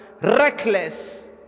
reckless